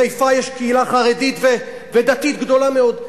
בחיפה יש קהילה חרדית ודתית גדולה מאוד.